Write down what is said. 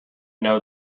know